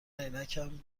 عینکم